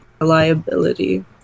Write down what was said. reliability